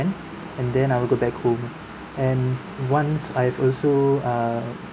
and then I'll go back home and once I've also err